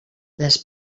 les